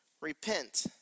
Repent